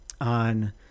on